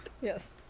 yes